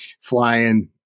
flying